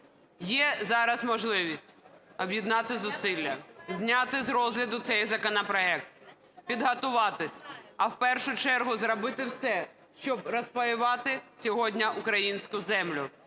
Є зараз можливість об'єднати зусилля, зняти з розгляду цей законопроект, підготуватися, а в першу чергу зробити все, щоб розпаювати сьогодні українську землю,